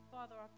Father